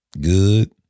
good